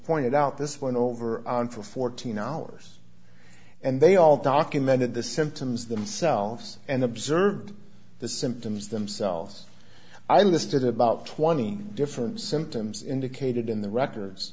pointed out this one over on for fourteen hours and they all documented the symptoms themselves and observed the symptoms themselves i listed about twenty different symptoms indicated in the records